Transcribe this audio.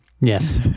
Yes